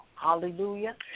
Hallelujah